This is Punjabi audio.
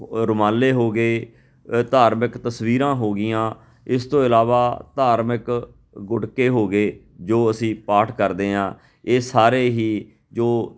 ਰੁਮਾਲੇ ਹੋ ਗਏ ਧਾਰਮਿਕ ਤਸਵੀਰਾਂ ਹੋ ਗਈਆਂ ਇਸ ਤੋਂ ਇਲਾਵਾ ਧਾਰਮਿਕ ਗੁਟਕੇ ਹੋ ਗਏ ਜੋ ਅਸੀਂ ਪਾਠ ਕਰਦੇ ਹਾਂ ਇਹ ਸਾਰੇ ਹੀ ਜੋ